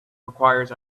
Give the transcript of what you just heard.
requires